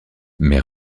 mais